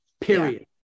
Period